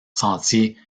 sentiers